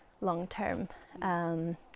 long-term